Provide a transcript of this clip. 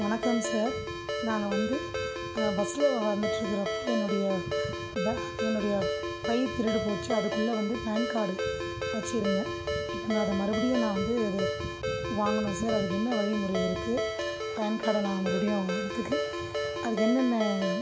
வணக்கம் சார் நாங்கள் வந்து பஸ்ஸில் வ வந்துகிட்ருக்கிறப்ப என்னுடைய பேக் என்னுடைய பை திருடுப்போச்சு அதுக்குள்ளே வந்து பேன் கார்டு வச்சுருந்தேன் இப்போ நான் அதை மறுபடியும் நான் வந்து அதை வாங்கணும் சார் அதுக்கு என்ன வழிமுறை இருக்குது பேன் கார்டை நான் மறுடியும் வாங்குறத்துக்கு அதுக்கு என்னென்ன